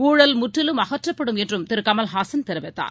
ஊழல் முற்றிலும் அகற்றப்படும் என்றும் திருகமலஹாசன் தெரிவித்தார்